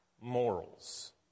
morals